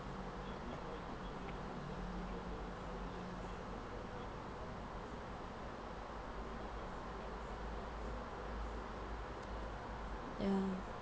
ya